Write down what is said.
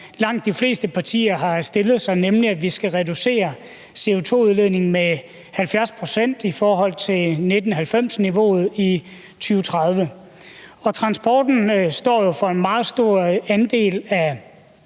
langt de fleste partier har sat sig, nemlig at vi i 2030 skal reducere CO₂-udledningen med 70 pct. i forhold til 1990-niveauet. Transporten står for en meget stor andel af